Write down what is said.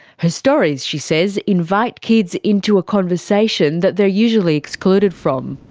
her stories, she says, invite kids into a conversation that they're usually excluded from.